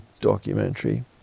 documentary